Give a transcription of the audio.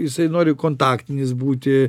jisai nori kontaktinis būti